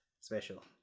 special